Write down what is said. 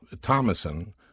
Thomason